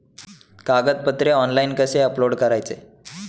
कागदपत्रे ऑनलाइन कसे अपलोड करायचे?